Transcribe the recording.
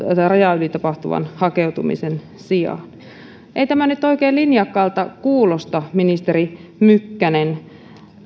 rajan yli tapahtuvan hakeutumisen sijaan ei tämä nyt oikein linjakkaalta kuulosta ministeri mykkänen